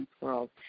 world